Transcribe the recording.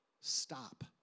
Stop